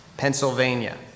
Pennsylvania